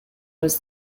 was